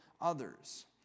others